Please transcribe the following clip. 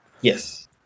Yes